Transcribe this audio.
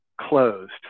closed